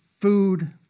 food